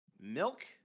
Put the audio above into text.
Milk